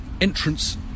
entrance